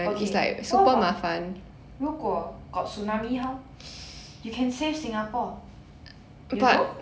okay how about 如果 got tsunami how you can save singapore you know